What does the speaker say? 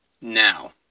Now